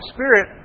Spirit